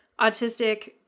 autistic